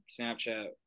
Snapchat